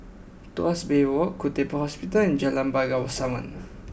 Tuas Bay Walk Khoo Teck Puat Hospital and Jalan Bangsawan